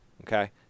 Okay